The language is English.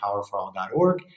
PowerForAll.org